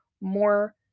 more